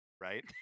right